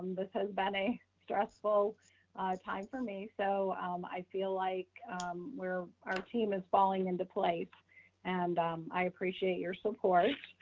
this has been a stressful time for me, so um i feel like we're, our team is falling into place and um i appreciate your support.